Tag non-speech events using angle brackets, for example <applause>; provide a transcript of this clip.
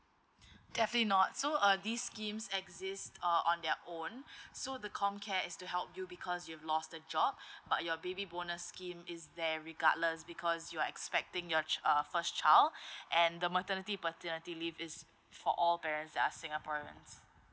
<breath> definitely not so uh these schemes exist uh on their own <breath> so the COMCARE is to help you because you've lost a job <breath> but your baby bonus scheme is there regardless because you're expecting your ch~ uh first child <breath> and the maternity paternity leave is for all parents that are singaporeans